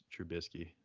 Trubisky